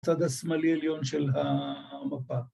‫בצד השמאלי עליון של המפה.